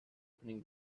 opening